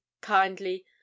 kindly